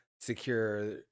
secure